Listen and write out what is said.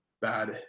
bad